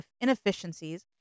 inefficiencies